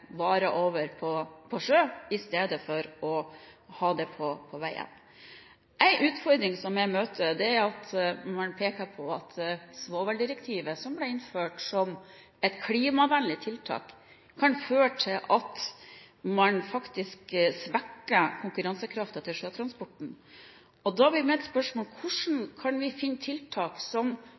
over på sjø i stedet for på veiene. En utfordring som jeg møter, er at man peker på at svoveldirektivet, som ble innført som et klimavennlig tiltak, kan føre til at man faktisk svekker konkurransekraften til sjøtransporten. Og da blir mitt spørsmål: Hvordan kan vi finne tiltak som